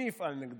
מי יפעל נגדו?